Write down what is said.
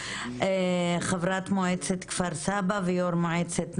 חברת מועצת כפר-סבא ויו"ר מועצת נשים,